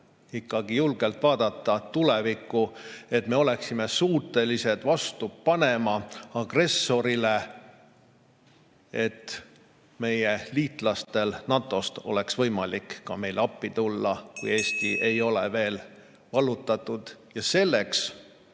ikkagi julgelt vaadata tulevikku ja oleksime suutelised vastu panema agressorile ning et meie liitlastel NATO-s oleks võimalik ka meile appi tulla, kui Eesti ei ole veel vallutatud. Ja selleks